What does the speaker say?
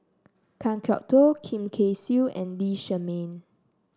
Kan Kwok Toh Lim Kay Siu and Lee Shermay